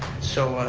so,